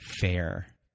fair